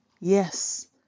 Yes